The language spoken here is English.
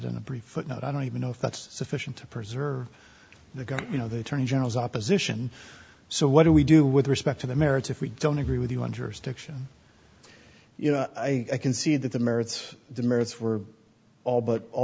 a brief footnote i don't even know if that's sufficient to preserve the got you know the attorney general's opposition so what do we do with respect to the merits if we don't agree with you under stiction you know i can see that the merits of the merits were all but all